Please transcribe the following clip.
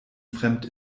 fremd